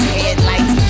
headlights